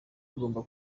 agomba